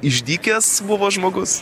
išdykęs buvo žmogus